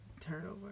turnover